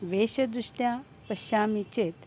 वेशदृष्ट्या पश्यामि चेत्